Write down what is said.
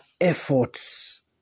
efforts